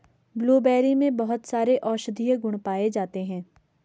blueberry में बहुत सारे औषधीय गुण पाये जाते हैं